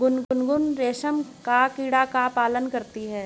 गुनगुन रेशम का कीड़ा का पालन करती है